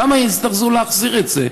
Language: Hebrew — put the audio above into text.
למה הזדרזו להחזיר את זה?